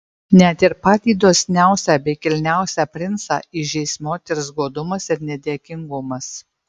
net ir patį dosniausią bei kilniausią princą įžeis moters godumas ir nedėkingumas